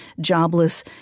jobless